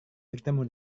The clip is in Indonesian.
bertemu